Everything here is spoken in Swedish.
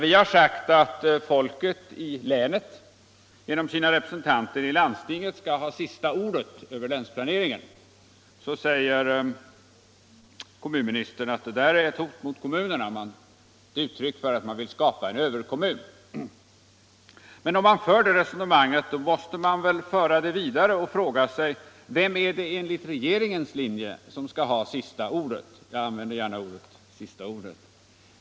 Vi har sagt att folket i länet genom sina representanter i landstinget skall ha sista ordet när det gäller länsplaneringen. Kommunministern anser att det skulle vara ett hot mot kommunerna, att det är ett uttryck för att man vill skapa en överkommun. Om man för det resonemanget måste man väl föra det vidare och fråga sig: Vem är det som skall ha sista ordet enligt regeringens linje?